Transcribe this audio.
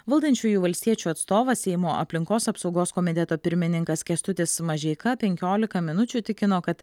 valdančiųjų valstiečių atstovas seimo aplinkos apsaugos komiteto pirmininkas kęstutis mažeika penkiolika minučių tikino kad